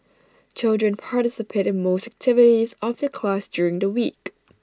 children participate in most activities of the class during the week